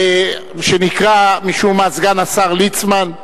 שנקרא משום מה סגן השר ליצמן,